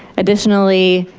additionally,